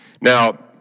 Now